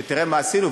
שתראה מה עשינו,